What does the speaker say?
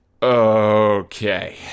Okay